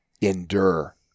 endure